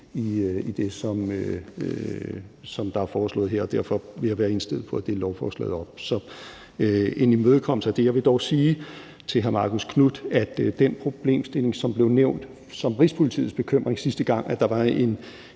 i det, som der er foreslået her, og derfor vil jeg være indstillet på at dele lovforslaget op. Så det er en imødekommelse af det. Jeg vil dog sige til hr. Marcus Knuth, at den problemstilling, som blev nævnt som Rigspolitiets bekymring sidste gang, altså at der